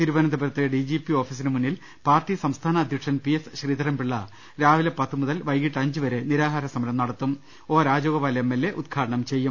തിരുവനന്തപുരത്ത് ഡിജിപി ഓഫീസിന് മുന്നിൽ പാർട്ടി സംസ്ഥാന അധ്യക്ഷൻ പി എസ് ശ്രീധരൻപിളള രാവിലെ പത്ത് മുതൽ വൈകിട്ട് അഞ്ച് വരെ നിരാഹാര സമരം നടത്തും ഒ രാജഗോപാ ലൻ എം എൽഎ ഉദ്ഘാടനം ചെയ്യും